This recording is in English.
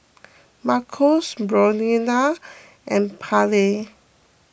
Marcos Brionna and Pallie